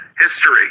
History